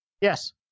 Yes